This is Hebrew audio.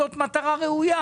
זאת מטרה ראויה.